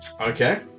okay